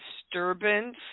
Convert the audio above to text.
disturbance